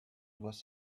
was